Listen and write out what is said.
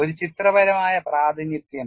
ഒരു ചിത്രപരമായ പ്രാതിനിധ്യം